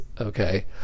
okay